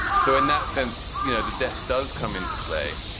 so in that sense, you know, the debt does come into play.